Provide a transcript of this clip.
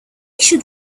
should